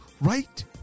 right